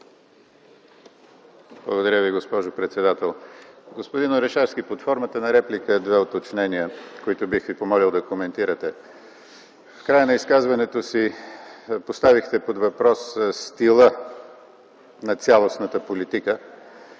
Благодаря Ви, госпожо председател. Господин Орешарски, под формата на реплика две уточнения, които бих Ви помолил да коментирате. В края на изказването си поставихте под въпрос стила на цялостната политика.